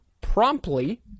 Promptly